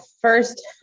first